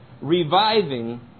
reviving